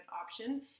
option